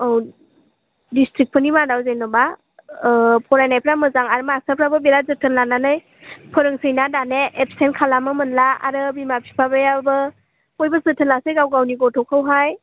औ डिस्ट्रिकफोरनि मादाव जेन'बा फरायनायफ्रा मोजां आरो मास्टारफ्राबो बिराद जोथोन लानानै फोरोंसैना दाना एपसेन्त खालामनो मोनला आरो बिमा बिफायाबो कय बोसोर थोलासे गाव गावनि गथ'खौहाय